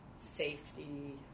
safety